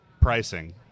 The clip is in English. pricing